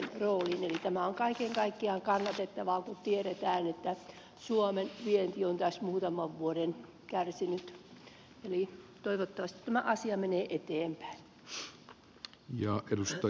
eli tämä on kaiken kaikkiaan kannatettavaa kun tiedetään että suomen vienti on tässä muutaman vuoden kärsinyt eli toivottavasti tämä asia menee eteenpäin